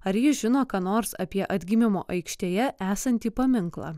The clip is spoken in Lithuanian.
ar ji žino ką nors apie atgimimo aikštėje esantį paminklą